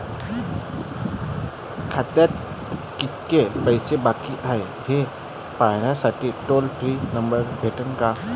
खात्यात कितीकं पैसे बाकी हाय, हे पाहासाठी टोल फ्री नंबर भेटन का?